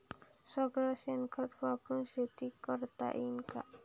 सगळं शेन खत वापरुन शेती करता येईन का?